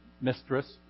mistress